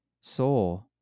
soul